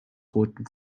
roten